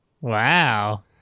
Wow